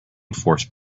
force